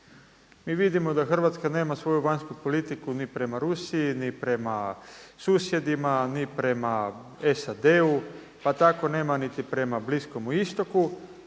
Mi vidimo da Hrvatska nema svoju vanjsku politiku ni prema Rusiji, ni prema susjedima, ni prema SAD-u, pa tako nema ni prema Bliskomu istoku.